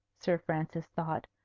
sir francis thought.